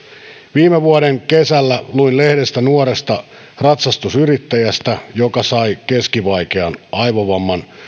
viime vuoden kesällä luin lehdestä nuoresta ratsastusyrittäjästä joka sai keskivaikean aivovamman